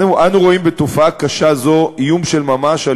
אנו רואים בתופעה קשה זו איום של ממש על